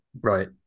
Right